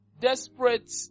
Desperate